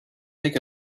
take